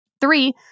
Three